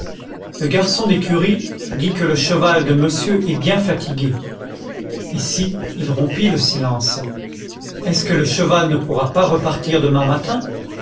le garçon d'écurie dit que le cheval de monsieur est bien fatigué ici il rompit le silence est-ce que le cheval ne pourra pas repartir demain matin